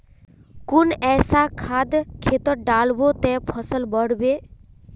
कुन ऐसा खाद खेतोत डालबो ते फसल बढ़बे?